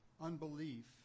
unbelief